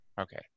Okay